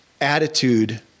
attitude